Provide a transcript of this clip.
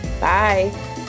Bye